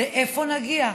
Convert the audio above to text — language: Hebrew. לאיפה נגיע?